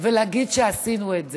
ולהגיד שעשינו את זה.